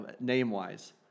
name-wise